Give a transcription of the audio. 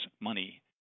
money